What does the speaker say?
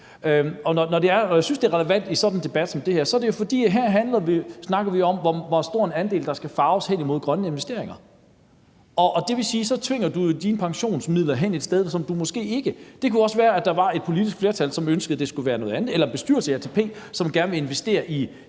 Når jeg synes, det er relevant i sådan en debat som den her, er det jo, fordi vi her snakker om, hvor stor en andel der skal farves hen imod grønne investeringer, og det vil sige, at så tvinger man sine pensionsmidler hen et sted, som man ikke ønsker. Det kunne også være, at der var et politisk flertal, som ønskede, at det skulle være noget andet, eller det kunne være, at bestyrelsen i ATP gerne ville investere i